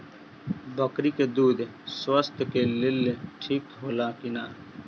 बकरी के दूध स्वास्थ्य के लेल ठीक होला कि ना?